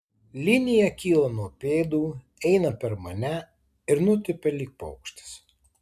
linija kyla nuo pėdų eina per mane ir nutupia lyg paukštis